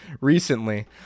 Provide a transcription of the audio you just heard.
recently